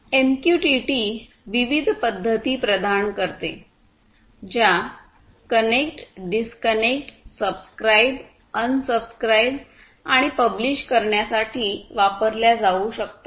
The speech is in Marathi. एमक्यूटीटी विविध पद्धती प्रदान करते ज्या connect disconnect subscribe unsubscribe आणि पब्लिष करण्यासाठी वापरल्या जाऊ शकतात